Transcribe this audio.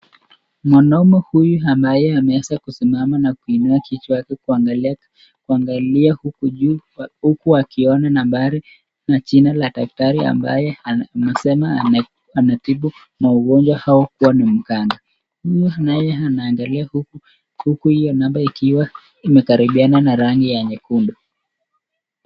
Mwanaume huyu ambaye ameanza kusimama n kuanza kuinua kichwa yake kuangalia kitu juu huku akiona na mbali jina ya daktari ambaye anasema anatibu magonjwa au huo ni uganga. Huu naye anaaangalia huku hiyo rangi ikikaribiana na ya nyekundu.